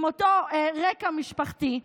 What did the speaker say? עם אותו רקע משפחתי,